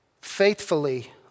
faithfully